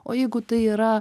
o jeigu tai yra